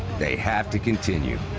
they have to continue.